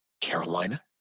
Carolina